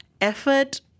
effort